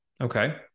Okay